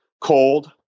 cold